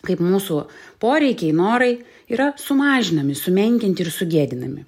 kaip mūsų poreikiai norai yra sumažinami sumenkinti ir sugėdinami